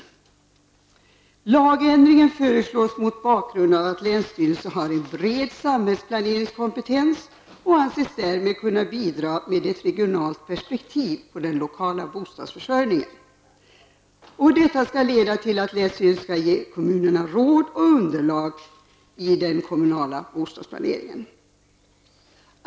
Denna lagändring föreslås mot bakgrund av att länsstyrelserna har en bred samhällsplaneringskompetens och därmed anses kunna bidra med ett regionalt perpektiv på den lokala bostadsförsörjningen, vilket skall leda till att länsstyrelsen kan ge kommunerna råd och underlag för den kommunala bostadsplaneringen.